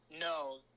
no